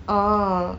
ah